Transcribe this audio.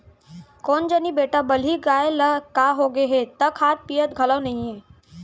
कोन जनी बेटा बलही गाय ल का होगे हे त खात पियत घलौ नइये